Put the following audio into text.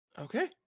Okay